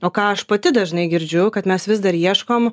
o ką aš pati dažnai girdžiu kad mes vis dar ieškom